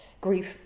grief